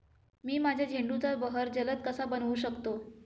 मी माझ्या झेंडूचा बहर जलद कसा बनवू शकतो?